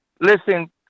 Listen